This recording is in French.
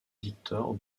victor